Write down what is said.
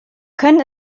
können